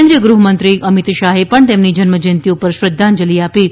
કેન્દ્રીય ગૃહમંત્રી અમિત શાહે પણ તેમની જન્મજયંતિ પર શ્રદ્ધાંજલિ આપી હતી